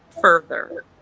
further